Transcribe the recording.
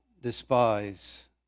despise